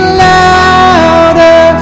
louder